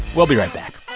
we'll be right back